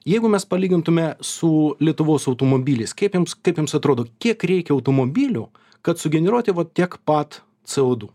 jeigu mes palygintume su lietuvos automobiliais kaip jums kaip jums atrodo kiek reikia automobilių kad sugeneruoti vot tiek pat co du